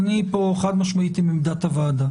אני פה חד-משמעית עם עמדת הוועדה.